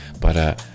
para